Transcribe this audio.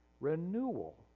Renewal